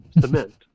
cement